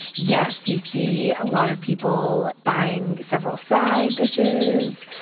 yes, you see a lot of people buying several side dishes,